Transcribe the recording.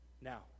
Now